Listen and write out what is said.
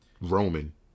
Roman